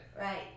Right